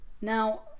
now